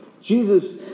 Jesus